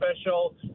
special